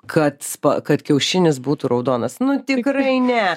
kad kad kiaušinis būtų raudonas nu tikrai ne